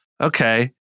Okay